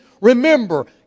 Remember